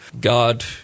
God